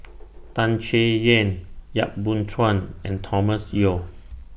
Tan Chay Yan Yap Boon Chuan and Thomas Yeo